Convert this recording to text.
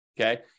okay